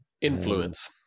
influence